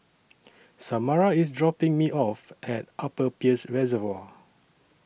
Samara IS dropping Me off At Upper Peirce Reservoir